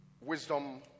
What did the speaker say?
wisdom